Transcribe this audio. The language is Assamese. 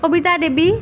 সবিতা দেৱী